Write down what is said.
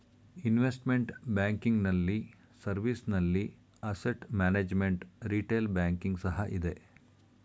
investment banking ನಲ್ಲಿ service ನಲ್ಲಿ asset management, retail banking ಸಹ ಇದೆ